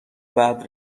بعد